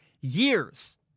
years